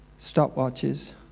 Stopwatches